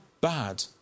bad